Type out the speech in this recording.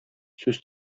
сүз